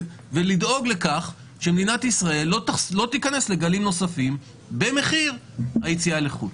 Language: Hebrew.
ולדאוג לכך שמדינת ישראל לא תיכנס לגלים נוספים במחיר היציאה לחו"ל.